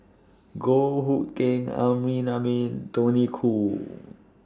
Goh Hood Keng Amrin Amin Tony Khoo